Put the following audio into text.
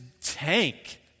tank